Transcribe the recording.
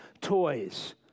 toys